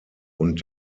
und